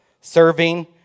serving